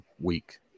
week